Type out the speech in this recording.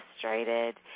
frustrated